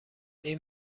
این